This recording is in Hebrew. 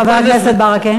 חבר הכנסת ברכה.